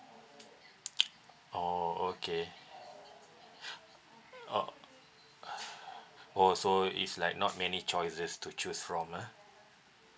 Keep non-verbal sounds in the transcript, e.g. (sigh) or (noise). (noise) oh okay (breath) uh (breath) oh so is like not many choices to choose from lah